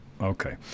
Okay